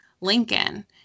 Lincoln